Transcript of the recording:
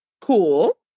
cool